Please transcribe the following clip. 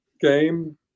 game